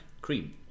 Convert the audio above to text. cream